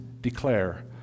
declare